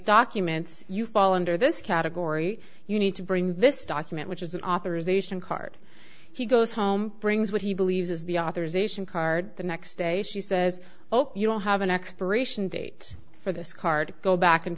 documents you fall under this category you need to bring this document which is an authorization card he goes home brings what he believes is the authorization card the next day she says oh you don't have an expiration date for this card go back and